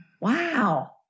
wow